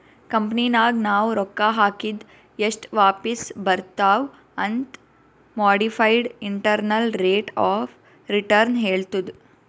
ಕಂಪನಿನಾಗ್ ನಾವ್ ರೊಕ್ಕಾ ಹಾಕಿದ್ ಎಸ್ಟ್ ವಾಪಿಸ್ ಬರ್ತಾವ್ ಅಂತ್ modified internal rate of return ಹೇಳ್ತುದ್